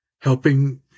helping